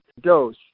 dose